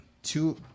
Two